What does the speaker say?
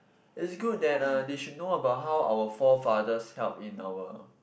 it's good that uh they should know about how our fore fathers help in our